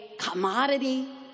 commodity